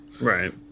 right